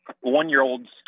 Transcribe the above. one-year-olds